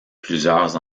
plusieurs